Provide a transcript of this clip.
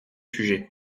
sujet